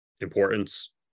importance